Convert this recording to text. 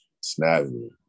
snapping